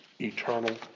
eternal